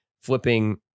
flipping